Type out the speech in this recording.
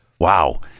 wow